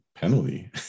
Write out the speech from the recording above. penalty